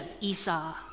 Esau